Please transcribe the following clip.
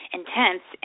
intense